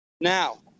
now